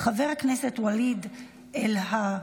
חבר הכנסת ואליד אלהואשלה,